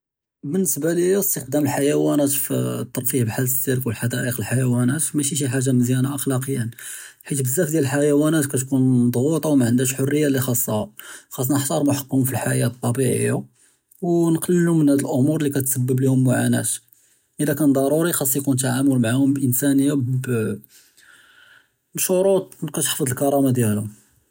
בִּנְסְבַּה לִי אִסְתִעְמַל אֶלְחַיַונַאת פִּי אֶלְטַרְפִּיָּה בְּחֵאל אֶסִּירְק וּחֲדַא'יִק אֶלְחַיַונַات מַשִּי שִי חַאגָּ'ה מְזְיַאנָה אֶתְ'לַאקִיָּان, חֵית בְּזַאף דִיַאל אֶלְחַיַונַات כּתְקוּן מְדַּעְטָּקָה וּמַעַנְדַּאש חֲרִיַּה לְחַאסְהָּה, חַאסְנַא נְחְתַארְמוּ חַקֶּהּוּם פִּי אֶלְחַיַاة אֶטְטַבִּיעִיָּה וּנְקַלְּלוּ מִן הַדּ אֶמוּר לִי כּתְסַבַּב לְהוּם מְעַאנָה אִלָא קָאן דַּרּוּרִי חַאס יְקוּן אֶלְתַּעַامֻל מְעַהּוּם בְּאִנְסָאנִיָּה בִּשְּרוּט כּתְּחַפֵּץ אֶלְכְּרָאמָה דִיַאלְהוּם.